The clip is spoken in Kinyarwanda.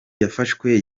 yafashwe